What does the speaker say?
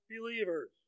believers